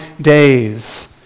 days